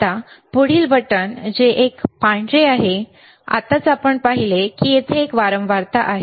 आता पुढील बटण जे एक पांढरे बटण आहे आता आपण पाहिले आहे की येथे एक वारंवारता आहे